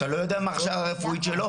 אתה לא יודע מה ההכשרה הרפואית שלו,